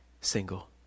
single